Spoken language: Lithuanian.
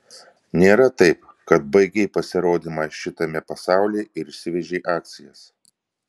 nėra taip kad baigei pasirodymą šitame pasaulyje ir išsivežei akcijas